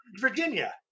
Virginia